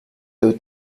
doe